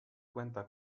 cuenta